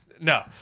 No